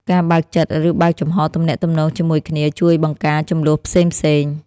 ការបើកចិត្ត ឬបើកចំហទំនាក់ទំនងជាមួយគ្នាជួយបង្ការជម្លោះផ្សេងៗ។